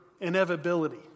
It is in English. inevitability